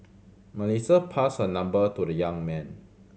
Melissa passed her number to the young man